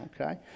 Okay